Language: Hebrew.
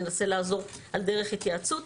ננסה לעזור על דרך התייעצות.